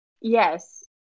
Yes